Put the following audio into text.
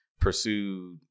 pursued